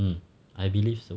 hmm I believe so